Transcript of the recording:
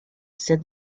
said